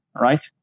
right